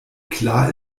klar